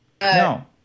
no